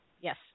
Yes